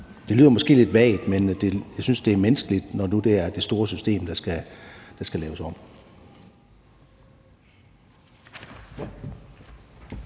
Det lyder måske lidt vagt, men jeg synes, det er menneskeligt, når nu det er det store system, der skal laves om.